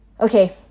Okay